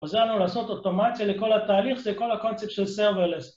‫עוזר לנו לעשות אוטומציה לכל התהליך, ‫זה כל הקונצפט של Serverless.